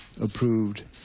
approved